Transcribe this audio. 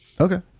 Okay